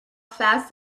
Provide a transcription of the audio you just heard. fast